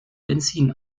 benzin